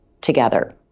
together